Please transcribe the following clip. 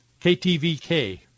KTVK